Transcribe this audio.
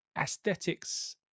aesthetics